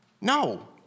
No